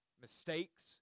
mistakes